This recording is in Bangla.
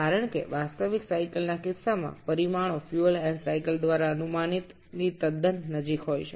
কারণ প্রকৃত চক্রের ক্ষেত্রে রাশিগুলি ফুয়েল এয়ার চক্রের খুব কাছাকাছি হতে পারে